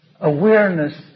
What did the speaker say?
Awareness